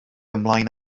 ymlaen